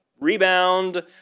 rebound